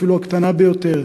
אפילו הקטנה ביותר,